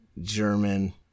German